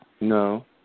No